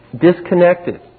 disconnected